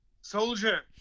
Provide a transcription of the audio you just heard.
Soldier